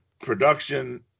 Production